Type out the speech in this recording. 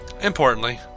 importantly